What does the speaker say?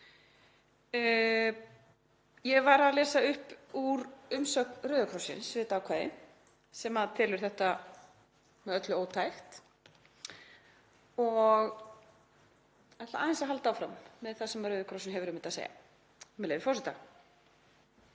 Ég var að lesa upp úr umsögn Rauða krossins um þetta ákvæði sem telur þetta með öllu ótækt og ætla aðeins að halda áfram með það sem Rauði krossinn hefur um þetta að segja, með leyfi forseta: